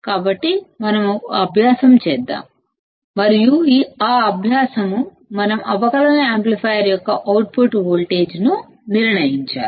కాబట్టి మనం ఒక అభ్యాసము చేద్దాం మరియు ఆ అభ్యాసము మన అవకలన యాంప్లిఫైయర్ యొక్క అవుట్పుట్ వోల్టేజ్ ని నిర్ణయించాలి